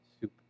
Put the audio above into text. soup